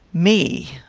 me!